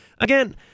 again